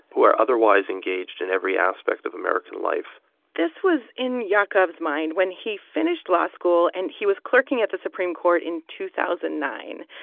who are otherwise engaged in every aspect of american life this was in yaakov's mind when he finished law school and he was clerking at the supreme court in two thousand and nine.